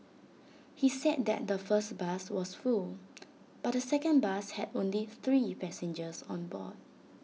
he said than the first bus was full but the second bus had only three passengers on board